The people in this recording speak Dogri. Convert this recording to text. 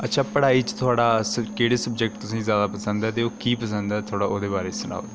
अच्छा पढ़ाई च थोह्ड़ा केह्ड़े सब्जैक्ट तुसें ई जैदा पसंद ऐ ते ओह् की पसंद ऐ थोह्ड़ा ओह्दे बारे च सनाओ